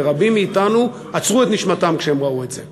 ורבים מאתנו עצרו את נשימתם כשהם ראו את זה.